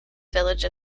village